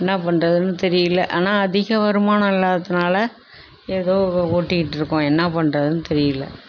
என்ன பண்ணுறதுனு தெரியல ஆனால் அதிக வருமானம் இல்லாததுனால் ஏதோ ஒட்டிட்டுருக்கோம் என்ன பண்ணுறதுனு தெரியல